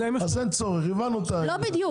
אתם צריכים